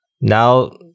Now